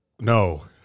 No